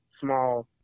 small